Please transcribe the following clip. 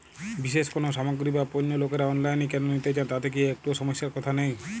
বিশেষ কোনো সামগ্রী বা পণ্য লোকেরা অনলাইনে কেন নিতে চান তাতে কি একটুও সমস্যার কথা নেই?